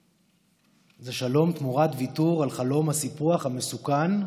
זה שלום תמורת ויתור על חלום הסיפוח המסוכן,